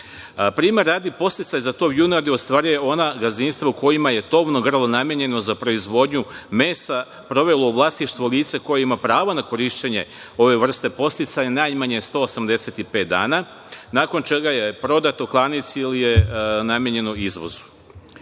radi, podsticaj za tov junadi ostvaruju ona gazdinstva u kojima je tovno grlo namenjeno za proizvodnju mesa, prvo vlasništvo lica koja ima pravo na korišćenje ove vrste podsticaja najmanje 185 dana, nakon čega je prodato klanici, ili je namenjeno izvozu. Sve